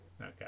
Okay